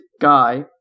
Guy